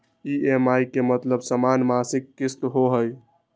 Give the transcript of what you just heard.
EMI के मतलब समान मासिक किस्त होहई?